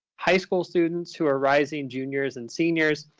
high school students who are rising juniors and seniors,